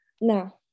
No